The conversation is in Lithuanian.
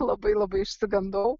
labai labai išsigandau